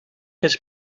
has